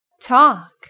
Talk